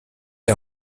est